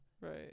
right